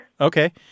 Okay